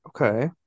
Okay